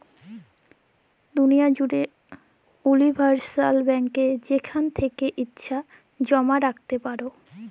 দুলিয়া জ্যুড়ে উলিভারসাল ব্যাংকে যেখাল থ্যাকে ইছা জমা রাইখতে পারো